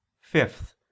Fifth